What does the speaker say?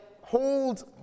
hold